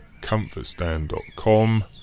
comfortstand.com